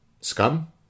scum